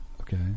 Okay